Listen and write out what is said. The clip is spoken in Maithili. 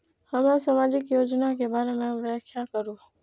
हमरा सामाजिक योजना के बारे में व्याख्या करु?